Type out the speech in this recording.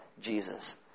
Jesus